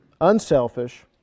unselfish